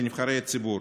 לנבחרי הציבור.